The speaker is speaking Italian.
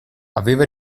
aveva